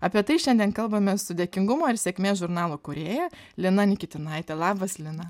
apie tai šiandien kalbamės su dėkingumo ir sėkmės žurnalo kūrėja lina nikitinaite labas lina